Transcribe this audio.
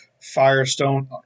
Firestone